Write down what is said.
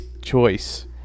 Choice